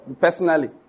personally